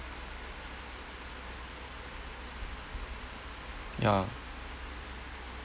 ya